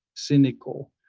cynical.